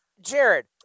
Jared